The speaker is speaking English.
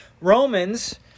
Romans